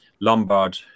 Lombard